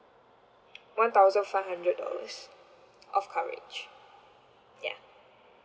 one thousand five hundred dollars of coverage ya